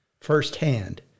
firsthand